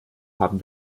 haben